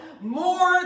more